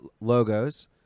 Logos